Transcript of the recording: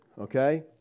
okay